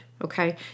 Okay